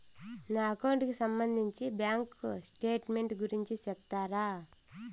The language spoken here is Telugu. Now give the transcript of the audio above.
నా అకౌంట్ కి సంబంధించి బ్యాంకు స్టేట్మెంట్ గురించి సెప్తారా